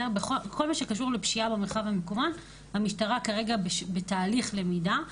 בכל מה שקשור לפשיעה במרחב המקוון המשטרה כרגע בתהליך למידה,